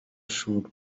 should